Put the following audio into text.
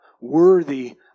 worthy